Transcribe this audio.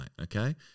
okay